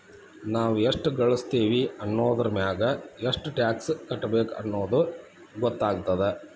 ನಾವ್ ಎಷ್ಟ ಗಳಸ್ತೇವಿ ಅನ್ನೋದರಮ್ಯಾಗ ಎಷ್ಟ್ ಟ್ಯಾಕ್ಸ್ ಕಟ್ಟಬೇಕ್ ಅನ್ನೊದ್ ಗೊತ್ತಾಗತ್ತ